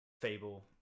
fable